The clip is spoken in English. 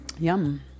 Yum